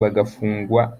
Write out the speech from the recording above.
bagafungwa